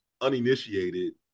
uninitiated